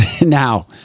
now